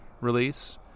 release